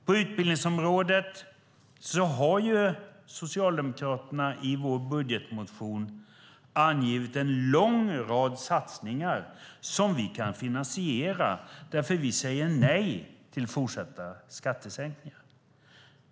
På utbildningsområdet har vi socialdemokrater i vår budgetmotion angivit en lång rad satsningar som vi kan finansiera därför att vi säger nej till fortsatta skattesänkningar.